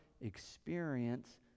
experience